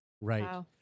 Right